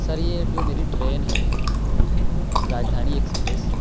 سر یہ جو میری ٹرین ہے راجدھانی ایکسپریس